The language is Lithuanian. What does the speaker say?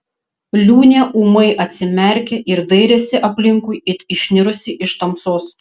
liūnė ūmai atsimerkė ir dairėsi aplinkui it išnirusi iš tamsos